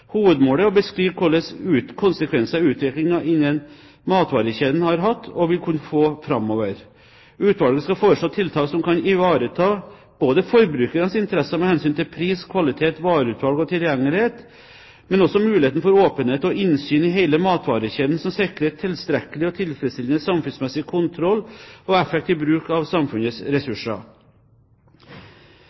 Hovedmålet er å beskrive hvilke konsekvenser utviklingen innen matvarekjeden har hatt og vil kunne få framover. Utvalget skal foreslå tiltak som kan ivareta forbrukernes interesser med hensyn til pris, kvalitet, vareutvalg og tilgjengelighet, men også muligheten for åpenhet og innsyn i hele matvarekjeden som sikrer tilstrekkelig og tilfredsstillende samfunnsmessig kontroll og effektiv bruk av samfunnets ressurser.